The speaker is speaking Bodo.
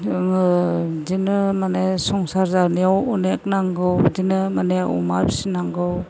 जोङो बिदिनो माने संसार जानायाव अनेक नांगौ बिदिनो माने अमा फिसिनांगौ